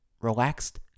Relaxed